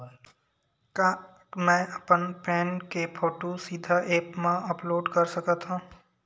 का मैं अपन पैन के फोटू सीधा ऐप मा अपलोड कर सकथव?